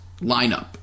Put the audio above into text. lineup